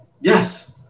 Yes